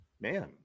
man